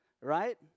right